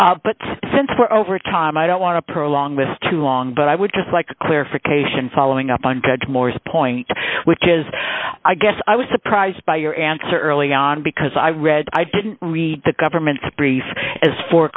but since we're over time i don't want to prolong this too long but i would just like clarification following up on ted moore's point which is i guess i was surprised by your answer early on because i read i didn't read the government's brief as for